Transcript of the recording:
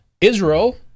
Israel